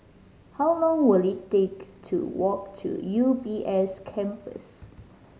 how long will it take to walk to U B S Campus